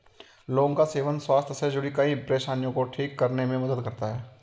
लौंग का सेवन स्वास्थ्य से जुड़ीं कई परेशानियों को ठीक करने में मदद करता है